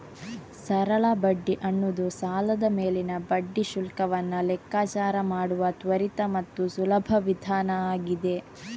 ಸರಳ ಬಡ್ಡಿ ಅನ್ನುದು ಸಾಲದ ಮೇಲಿನ ಬಡ್ಡಿ ಶುಲ್ಕವನ್ನ ಲೆಕ್ಕಾಚಾರ ಮಾಡುವ ತ್ವರಿತ ಮತ್ತು ಸುಲಭ ವಿಧಾನ ಆಗಿದೆ